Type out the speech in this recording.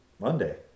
Monday